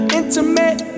intimate